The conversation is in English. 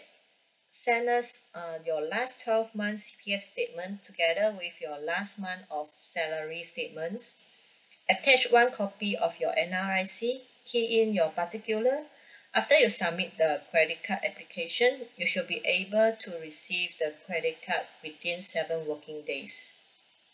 send us uh your last twelve months P_S statement together with your last month of salary statements attach one copy of your N_R_I_C key in your particular after you submit the credit card application you should be able to receive the credit card within seven working days